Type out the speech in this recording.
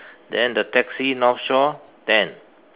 then the taxi North Shore ten